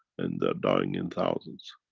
and they're dying in thousands.